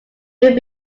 would